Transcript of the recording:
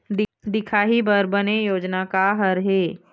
दिखाही बर बने योजना का हर हे?